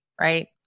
right